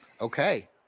Okay